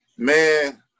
Man